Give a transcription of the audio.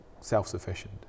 self-sufficient